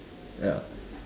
ya